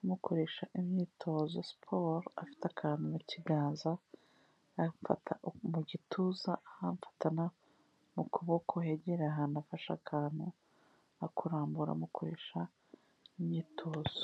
amukoresha imyitozo siporo, afite akantu mu kiganza amufata mu gituza anamufata no mu kuboko hegereye ahantu afashe akantu, akurambura amukoresha imyitozo.